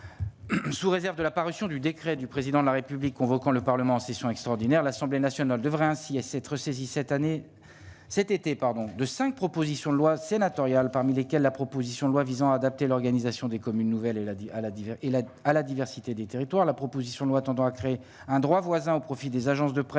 Sous réserve de la parution du décret du président de la République, convoquant le Parlement en session extraordinaire à l'Assemblée nationale devrait ainsi à s'être saisi cette année, cet été, pardon de 5 propositions de loi sénatoriale, parmi lesquels la proposition de loi visant à adapter l'organisation des communes nouvelles, elle a dit à la diversité et aide à la diversité des territoires, la proposition de loi tendant à créer un droit voisin au profit des agences de presse